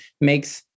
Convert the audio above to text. makes